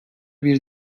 bir